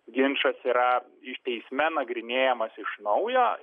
ginčas yra teisme nagrinėjamas iš naujo